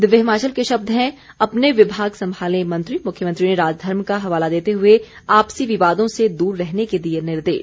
दिव्य हिमाचल के शब्द हैं अपने विभाग संभालें मंत्री मुख्यमंत्री ने राजधर्म का हवाला देते हुए आपसी विवादों से दूर रहने के दिए निर्देश